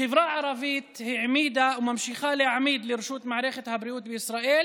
החברה הערבית העמידה וממשיכה להעמיד לרשות מערכת הבריאות בישראל